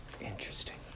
Interesting